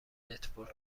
نتورک